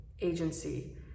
agency